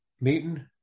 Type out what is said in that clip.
meeting